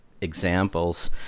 examples